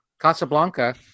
casablanca